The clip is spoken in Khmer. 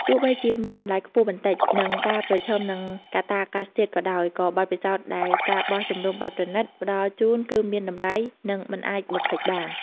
ទោះបីជាមានតម្លៃខ្ពស់បន្តិច និងការប្រឈមមុខនឹងកត្តាអាកាសធាតុក៏ដោយ ក៏បទពិសោធន៍ដែល ការបោះជំរំបែបប្រណីត ផ្តល់ជូនគឺមានតម្លៃ និងមិនអាចបំភ្លេចបាន។